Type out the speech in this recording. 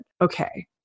Okay